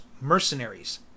mercenaries